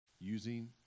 Using